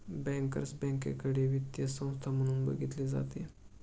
bankers बँकेकडे वित्तीय संस्था म्हणून बघितले जाते